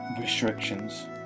restrictions